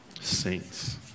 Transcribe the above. Saints